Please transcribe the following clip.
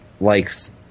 likes